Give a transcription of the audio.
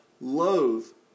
loathe